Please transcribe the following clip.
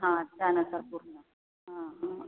हा छान असतात पूर्ण हा हा